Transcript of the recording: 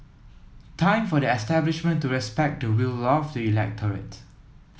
time for the establishment to respect the will of the electorate